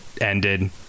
ended